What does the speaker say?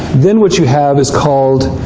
then what you have is called